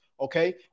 Okay